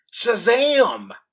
Shazam